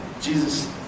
Jesus